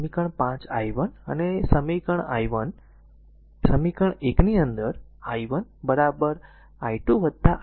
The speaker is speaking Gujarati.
સમીકરણ 5 i1 અને સમીકરણ 1 i1 r i2 i3